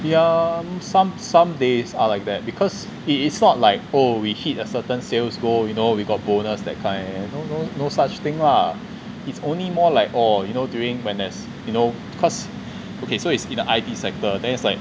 yeah some some days are like that because it is not like oh we hit a certain sales goal you know we got bonus that kind you know no no such thing lah it's only more like orh you know during when as you know cause okay so it's in the I_T sector then it's like